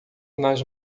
nas